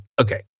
okay